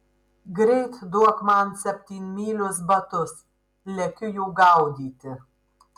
greit duok man septynmylius batus lekiu jų gaudyti